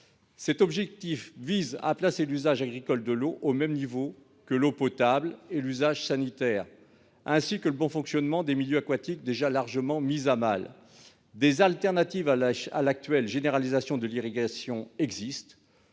L'objectif est de placer l'usage agricole de l'eau au même niveau que l'eau potable et l'usage sanitaire, ainsi que le bon fonctionnement des milieux aquatiques déjà largement mis à mal. Des alternatives à l'actuelle généralisation de l'irrigation existent